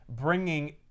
bringing